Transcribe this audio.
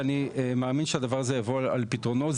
ואני מאמין שהדבר הזה יבוא על פתרונו.